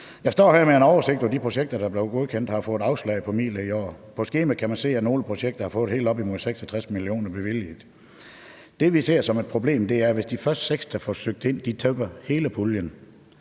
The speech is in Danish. Jeg står her med en oversigt over de projekter, der er blevet godkendt eller har fået afslag på midler i år. På skemaet kan man se, at nogle projekter har fået helt op imod 66 mio. kr. bevilget. Det, vi ser som et problem, er, at hvis de første 6, der får søgt ind, tømmer hele puljen,